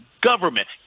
government